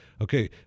Okay